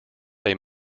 they